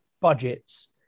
budgets